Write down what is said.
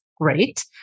Great